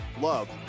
love